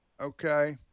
Okay